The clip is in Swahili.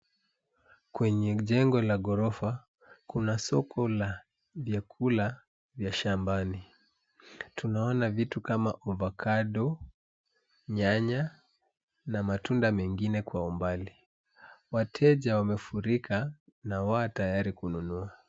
Kwenye jengo la ghorofa kuna soko la vyakula vya shambani. Tunaona vitu kama avocado, nyanya na matunda mengine kwa umbali. Wateja wamefurika na wa tayari kununua.